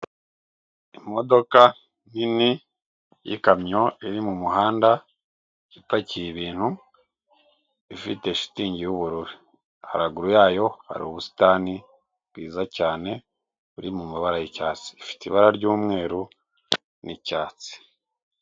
Imodoka nini y'ikamyo iri mumuhanda, ipakiye ibintu, ifite shitingi y'ubururu, haraguru yayo hari ubusitani bwiza cyane, buri mu mabara y'icyatsi, ifite ibara ry'umweru n'icyatsi.